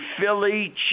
Philly